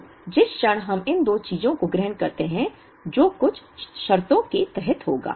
तो जिस क्षण हम इन दो चीजों को ग्रहण करते हैं जो कुछ शर्तों के तहत होगा